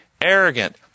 arrogant